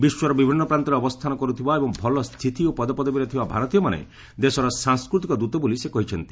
ବିଶ୍ୱର ବିଭିନ୍ନ ପ୍ରାନ୍ତରେ ଅବସ୍ଥାନ କରୁଥିବା ଏବଂ ଭଲ ସ୍ଥିତି ଓ ପଦପଦବୀରେ ଥିବା ଭାରତୀୟମାନେ ଦେଶର ସାଂସ୍କୃତିକ ଦୃତ ବୋଲି ସେ କହିଛନ୍ତି